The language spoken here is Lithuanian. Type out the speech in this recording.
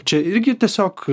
čia irgi tiesiog